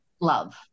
love